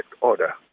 order